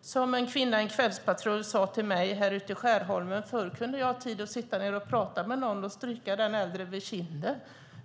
Som en kvinna i en kvällspatrull ute i Skärholmen sade till mig: Förut kunde jag ha tid att sitta ned och prata med någon och stryka den äldre över kinden.